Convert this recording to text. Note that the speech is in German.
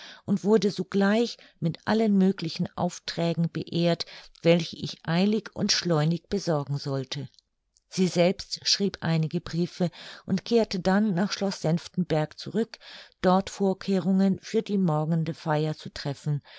und wurde sogleich mit allen möglichen aufträgen beehrt welche ich eilig und schleunig besorgen sollte sie selbst schrieb einige briefe und kehrte dann nach schloß senftenburg zurück dort vorkehrungen für die morgende feier zu treffen